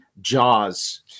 Jaws